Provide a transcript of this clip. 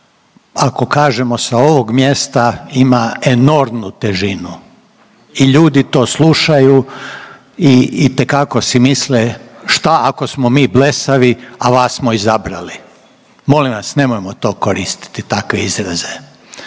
ako kažemo sa ovog mjesta, ima enormnu težinu i ljudi to slušaju i itekako si misle, šta ako smo mi blesavi, a vas smo izabrali, molim vas, nemojmo to koristiti, takve izraze.